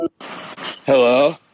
Hello